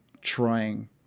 trying